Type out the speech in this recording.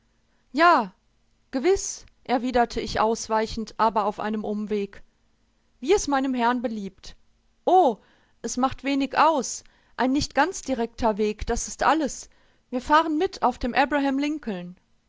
ja gewiß erwiderte ich ausweichend aber auf einem umweg wie es meinem herrn beliebt o es macht wenig aus ein nicht ganz directer weg das ist alles wir fahren mit auf dem